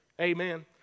Amen